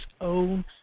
own